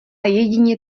jedině